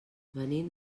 venim